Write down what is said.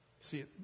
See